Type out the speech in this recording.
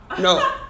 No